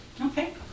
Okay